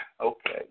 Okay